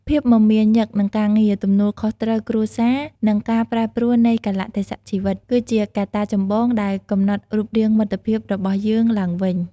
ភាពមមាញឹកនឹងការងារ ទំនួលខុសត្រូវគ្រួសារ និងការប្រែប្រួលនៃកាលៈទេសៈជីវិត គឺជាកត្តាចម្បងដែលកំណត់រូបរាងមិត្តភាពរបស់យើងឡើងវិញ។